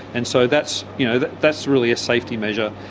and so that's that's really a safety measure,